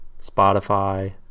Spotify